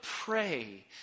pray